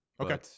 okay